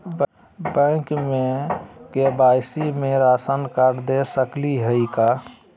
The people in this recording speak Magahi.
बैंक में के.वाई.सी में राशन कार्ड दे सकली हई का?